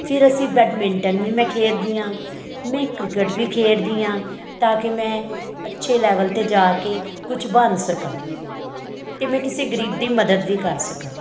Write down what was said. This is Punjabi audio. ਫਿਰ ਅਸੀਂ ਬੈਡਮਿੰਟਨ ਵੀ ਮੈਂ ਖੇਡਦੀ ਹਾਂ ਮੈਂ ਕ੍ਰਿਕਟ ਵੀ ਖੇਡਦੀ ਹਾਂ ਤਾਂ ਕਿ ਮੈਂ ਅੱਛੇ ਲੈਵਲ 'ਤੇ ਜਾ ਕੇ ਕੁਛ ਬਣ ਸਕਾਂ ਅਤੇ ਮੈਂ ਕਿਸੇ ਗਰੀਬ ਦੀ ਮਦਦ ਵੀ ਕਰ ਸਕਾਂ